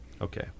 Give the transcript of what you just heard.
Okay